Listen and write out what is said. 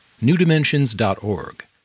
newdimensions.org